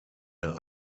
der